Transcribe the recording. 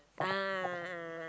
a'ah